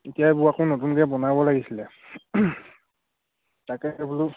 এতিয়া এইবোৰ আকৌ নতুনকৈ বনাব লাগিছিলে তাকে বোলো